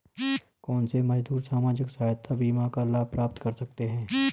कौनसे मजदूर सामाजिक सहायता बीमा का लाभ प्राप्त कर सकते हैं?